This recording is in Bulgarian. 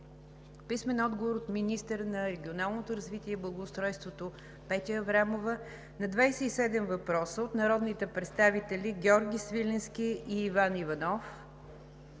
Иван Иванов; - министъра на регионалното развитие и благоустройството Петя Аврамова на 27 въпроса от народните представители Георги Свиленски и Иван Иванов;